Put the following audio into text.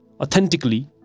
authentically